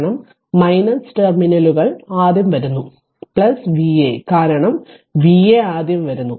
കാരണം ടെർമിനലുകൾ ആദ്യം വരുന്നു Va കാരണം Va ആദ്യം വരുന്നു